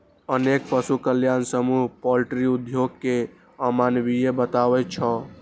अनेक पशु कल्याण समूह पॉल्ट्री उद्योग कें अमानवीय बताबै छै